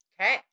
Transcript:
Okay